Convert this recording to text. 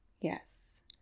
Yes